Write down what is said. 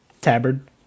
tabard